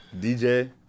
DJ